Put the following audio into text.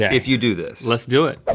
yeah if you do this. let's do it.